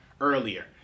earlier